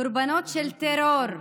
קורבנות של טרור,